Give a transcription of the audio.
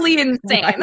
insane